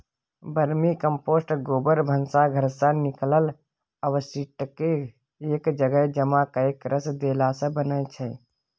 vermicompost गोबर, भनसा घरसँ निकलल अवशिष्टकेँ एक जगह जमा कए कृमि देलासँ बनै छै